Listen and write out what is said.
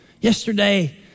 Yesterday